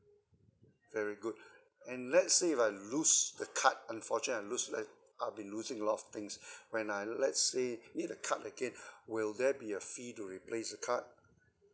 very good and let's say if I lose the card unfortunately I lose I'd been losing a lot of things when I let's say need the card again will there be a fee to replace the card